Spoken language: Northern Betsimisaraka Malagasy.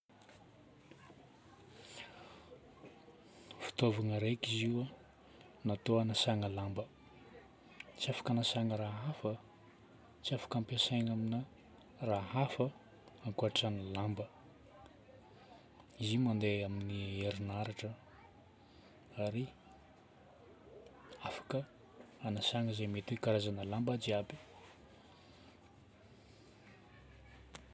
Fitaovagna raika izy io natao hagnasana lamba. Tsy afaka agnasana raha hafa an. Tsy afaka ampiasaigna amina raha hafa ankoatra ny lamba. Izy io mandeha amin'ny herinaratra ary afaka agnasana zay mety hoe karazagna lamba jiaby.